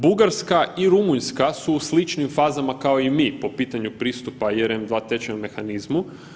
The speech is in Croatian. Bugarska i Rumunjska su u sličnim fazama kao i mi po pitanju pristupa i EREM2 tečajnom mehanizmu.